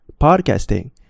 podcasting